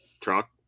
truck